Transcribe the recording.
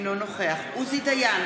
אינו נוכח עוזי דיין,